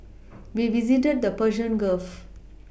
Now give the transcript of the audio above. we visited the Persian Gulf